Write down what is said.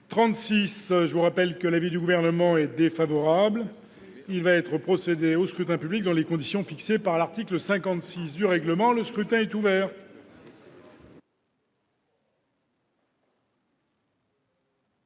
CRCE. Je rappelle que l'avis du Gouvernement est défavorable. Il va être procédé au scrutin dans les conditions fixées par l'article 56 du règlement. Le scrutin est ouvert.